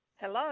Hello